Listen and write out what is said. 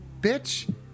bitch